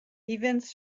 events